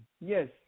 Yes